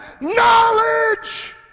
knowledge